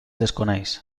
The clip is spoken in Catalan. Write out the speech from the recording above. desconeix